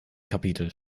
kapitel